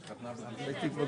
חשבנו